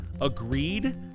agreed